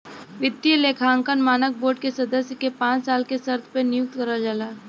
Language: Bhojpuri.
वित्तीय लेखांकन मानक बोर्ड के सदस्य के पांच साल के शर्त पे नियुक्त करल जाला